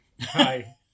Hi